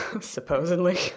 supposedly